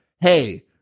hey